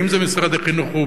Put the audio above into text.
האם משרד החינוך,